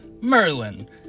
Merlin